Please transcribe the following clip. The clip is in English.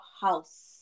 house